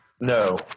No